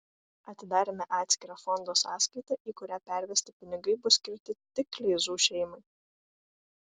atidarėme atskirą fondo sąskaitą į kurią pervesti pinigai bus skirti tik kleizų šeimai